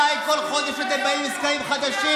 ממתי כל חודש אתם באים עם סקרים חדשים,